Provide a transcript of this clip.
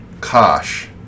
Kosh